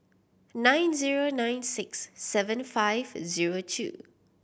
nine zero nine six seven five zero two